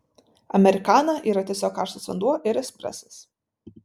amerikana yra tiesiog karštas vanduo ir espresas